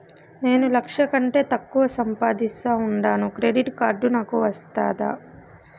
నేను లక్ష కంటే తక్కువ సంపాదిస్తా ఉండాను క్రెడిట్ కార్డు నాకు వస్తాదా